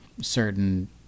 certain